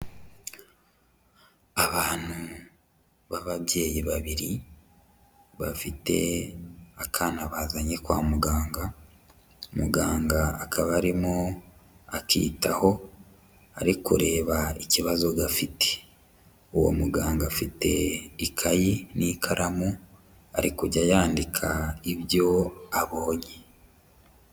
Abantu b'ababyeyi babiri bafite akana bazanye kwa muganga, muganga akaba arimo akitaho, ari kureba ikibazo gafite. Uwo muganga afite ikayi n'ikaramu, ari kujya yandika ibyo abonye.